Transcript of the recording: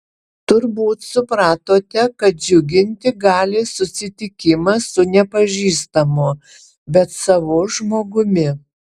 turbūt supratote kad džiuginti gali susitikimas su nepažįstamu bet savu žmogumi